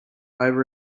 over